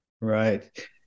right